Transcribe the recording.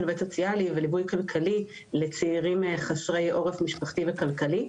עובד סוציאלי וליווי כלכלי לצעירים חסרי עורף משפחתי וכלכלי.